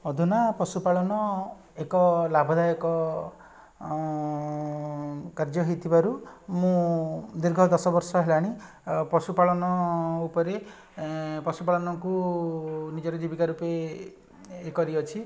ଅଧୁନା ପଶୁପାଳନ ଏକ ଲାଭଦାୟକ କାର୍ଯ୍ୟ ହେଇଥିବାରୁ ମୁଁ ଦୀର୍ଘ ଦଶବର୍ଷ ହେଲାଣି ପଶୁପାଳନ ଉପରେ ପଶୁପାଳନକୁ ନିଜର ଜୀବିକା ରୂପେ କରିଅଛି